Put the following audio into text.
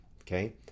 okay